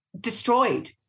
destroyed